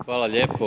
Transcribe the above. Hvala lijepo.